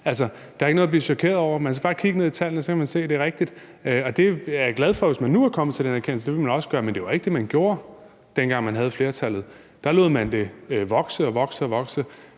der er ikke noget at blive chokeret over. Man skal bare kigge ned i tallene, så kan man se, at det er rigtigt. Og jeg er glad for, hvis man nu er kommet til den erkendelse, at det ville man også gøre, men det var ikke det, man gjorde, dengang man havde flertallet. Der lod man det vokse og vokse. Så jeg